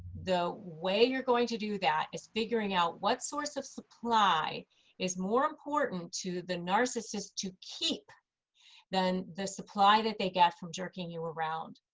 the way you're going to do that is figuring out what source of supply is more important to the narcissist to keep than the supply that they get from jerking you around.